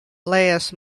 last